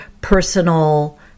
personal